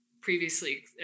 previously